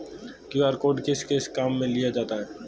QR code किस किस काम में लिया जाता है?